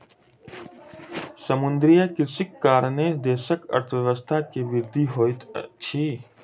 समुद्रीय कृषिक कारणेँ देशक अर्थव्यवस्था के वृद्धि होइत अछि